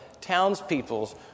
townspeople's